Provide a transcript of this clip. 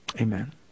amen